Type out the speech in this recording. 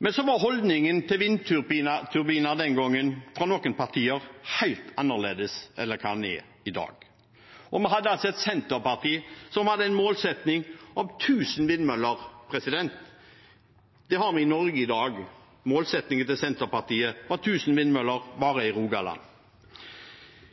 Men så var noen partiers holdning til vindturbiner den gangen helt annerledes enn den er i dag. Vi hadde et Senterparti som hadde en målsetting om 1 000 vindmøller. Det har vi i Norge i dag. Målsettingen til Senterpartiet var 1 000 vindmøller bare i Rogaland.